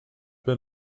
been